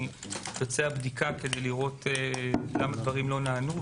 תצא בדיקה כדי לראות למה דברים לא נענו,